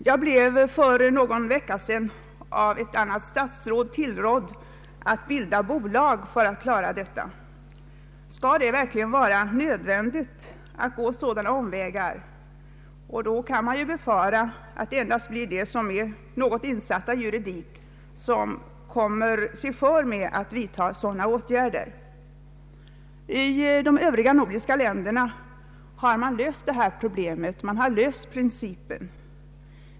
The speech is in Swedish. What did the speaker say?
Jag blev för någon vecka sedan av ett annat statsråd tillrådd att bilda bolag för att klara detta. Skall det verkligen vara nödvändigt att gå sådana omvägar? Då kan man ju befara att endast de som är något insatta i juridik kommer sig för med att vidtaga sådana åtgärder. I de övriga nordiska länderna har man löst detta problem.